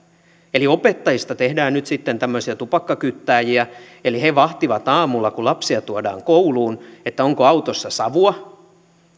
eli opettajista tehdään nyt sitten tämmöisiä tupakkakyttääjiä he vahtivat aamulla kun lapsia tuodaan kouluun onko autossa savua